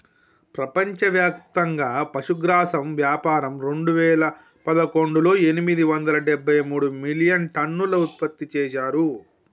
ప్రపంచవ్యాప్తంగా పశుగ్రాసం వ్యాపారం రెండువేల పదకొండులో ఎనిమిది వందల డెబ్బై మూడు మిలియన్టన్నులు ఉత్పత్తి చేశారు